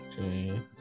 Okay